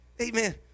amen